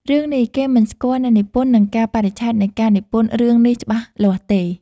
រឿងនេះ គេមិនស្គាល់អ្នកនិពន្ធនិងកាលបរិច្ឆេទនៃការនិពន្ធរឿងនេះច្បាស់លាស់ទេ